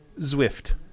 Zwift